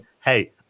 hey